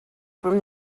from